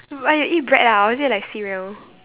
but you eat bread ah or is it like cereal